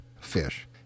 fish